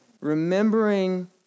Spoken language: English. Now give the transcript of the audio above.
Remembering